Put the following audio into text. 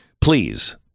Please